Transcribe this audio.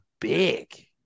big